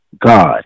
god